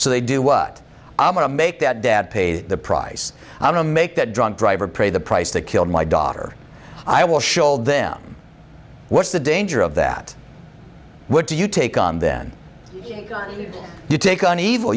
so they do what i'm going to make that dad pay the price i'm a make that drunk driver pay the price to kill my daughter i will show old them what's the danger of that what do you take on then you take on evil